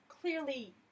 clearly